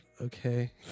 okay